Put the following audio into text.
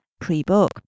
pre-book